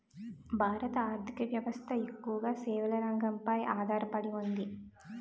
భారత ఆర్ధిక వ్యవస్థ ఎక్కువగా సేవల రంగంపై ఆధార పడి ఉంది